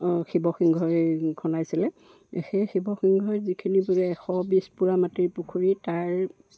শিৱসিংহই খন্দাইছিলে সেই শিৱসিংহই যিখিনি বোলে এশ বিছ পোৰা মাটিৰ পুখুৰী তাৰ